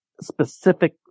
specific